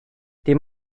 dim